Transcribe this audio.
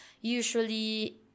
usually